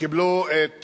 וקיבלו את